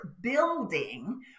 building